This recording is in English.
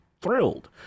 thrilled